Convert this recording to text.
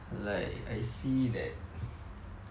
like I see that